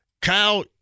Kyle